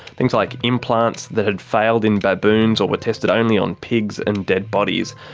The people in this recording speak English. things like implants that had failed in baboons, or were tested only on pigs and dead bodies.